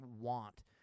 want